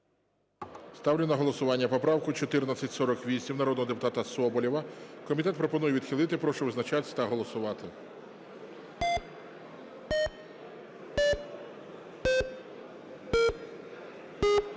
Ставлю на голосування поправку номер 1452 народного депутата Соболєва. Комітет пропонує відхилити. Прошу визначатись та голосувати.